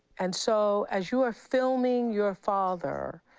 and so as you are filming your father